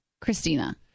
Christina